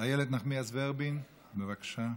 איילת נחמיאס ורבין, בבקשה.